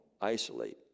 isolate